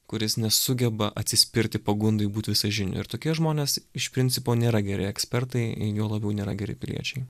kuris nesugeba atsispirti pagundai būt visažiniu ir tokie žmonės iš principo nėra geri ekspertai juo labiau nėra geri piliečiai